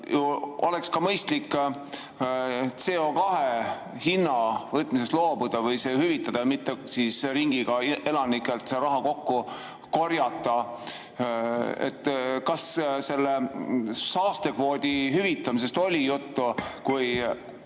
oleks ka mõistlik CO2hinna võtmisest loobuda või see hüvitada, mitte ringiga elanikelt see raha kokku korjata. Kas selle saastekvoodi hüvitamisest oli juttu? Kui